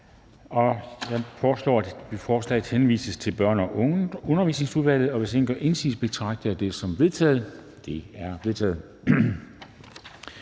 Jeg foreslår, at forslaget henvises til Børne- og Undervisningsudvalget. Hvis ingen gør indsigelse, betragter jeg det som vedtaget. Det er vedtaget.